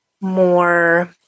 more